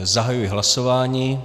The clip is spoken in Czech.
Zahajuji hlasování.